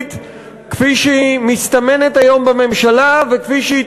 הממשלתית כפי שהיא מסתמנת היום בממשלה וכפי שהיא